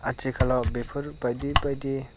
आथिखालाव बेफोर बायदि बायदि